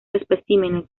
especímenes